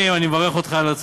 לא איסור, אפשר לעשות פרסום.